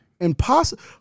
Impossible